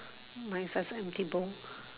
mine is just empty bowl